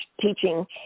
teaching